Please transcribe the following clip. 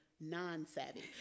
non-savvy